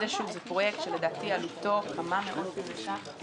זה פרויקט שלדעתי עלותו כמה מאות מיליוני ש"ח,